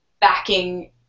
backing